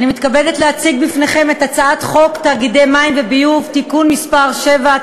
אני מתכבדת להציג בפניכם את הצעת חוק תאגידי מים וביוב (תיקון מס' 7),